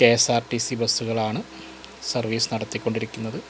K S R T C ബസുകളാണ് service നടത്തിക്കൊണ്ടിരിക്കുന്നത്